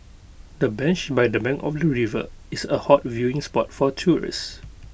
the bench by the bank of the river is A hot viewing spot for tourists